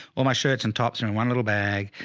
all my shirts and tops are in one little bag.